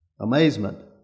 amazement